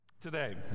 Today